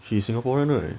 she is singaporean right